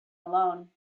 alone